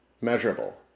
Measurable